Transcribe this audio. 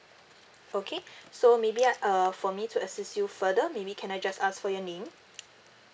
okay so maybe I uh for me to assist you further maybe can I just ask for your name